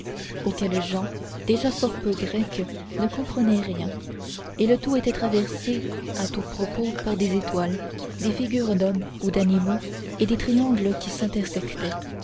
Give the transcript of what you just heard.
auxquels jehan déjà fort peu grec ne comprenait rien et le tout était traversé à tout propos par des étoiles des figures d'hommes ou d'animaux et des triangles qui